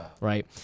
right